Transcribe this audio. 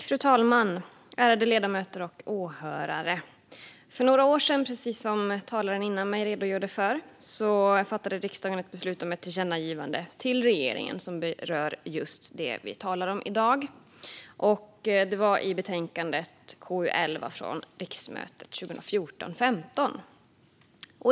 Fru talman, ärade ledamöter och åhörare! Precis som talaren före mig redogjorde för fattade riksdagen för några år sedan beslut om ett tillkännagivande till regeringen som berör just det som vi talar om i dag. Det var i betänkandet KU11 från riksmötet 2014/15.